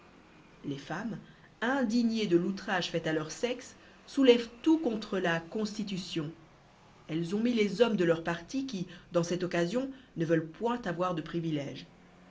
les femmes indignées de l'outrage fait à leur sexe soulèvent tout contre la constitution elles ont mis les hommes de leur parti qui dans cette occasion ne veulent point avoir de privilége